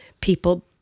people